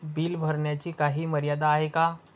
Bill भरण्याची काही मर्यादा आहे का?